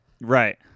Right